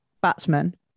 batsman